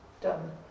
done